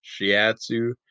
Shiatsu